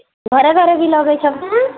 ଘରେ ଘରେ ବି ଲଗାଇଛ ନା